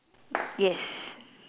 yes